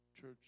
church